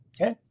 Okay